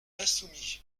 insoumis